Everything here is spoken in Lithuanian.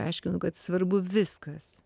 aiškinu kad svarbu viskas